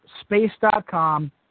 Space.com